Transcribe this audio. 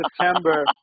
September